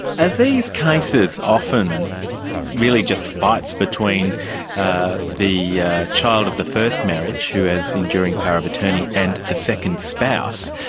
are these cases often really just fights between ah the yeah child of the first marriage who has enduring power of attorney and the second spouse,